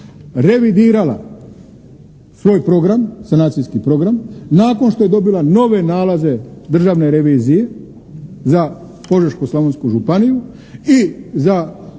revidirala svoj program, sanacijski program nakon što je dobila nove nalaze Državne revizije za Požeško-slavonsku županiju i za